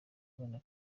kubona